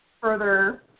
Further